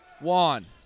Juan